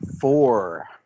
Four